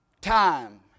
time